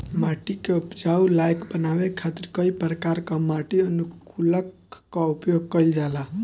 माटी के उपजाऊ लायक बनावे खातिर कई प्रकार कअ माटी अनुकूलक कअ उपयोग कइल जाला